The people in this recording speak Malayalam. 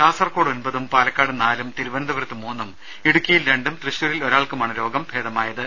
കാസർകോട് ഒമ്പതും പാലക്കാട് നാലും തിരുവനന്തപുരത്ത് മൂന്നും ഇടുക്കിയിൽ രണ്ടും തൃശൂരിൽ ഒരാൾക്കുമാണ് രോഗം ഭേദമായത്